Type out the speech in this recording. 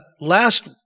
last